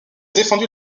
défendu